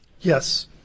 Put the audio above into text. Yes